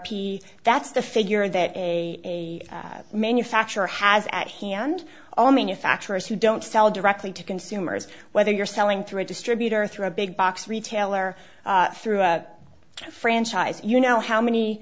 p that's the figure that a manufacturer has at hand all manufacturers who don't sell directly to consumers whether you're selling through a distributor through a big box retailer through a franchise you know how many